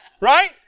Right